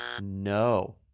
No